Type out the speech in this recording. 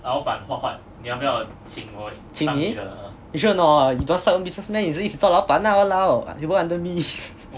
请你 you sure or not you don't want start your own business meh 你就自己做老板啦 !walao! you work under me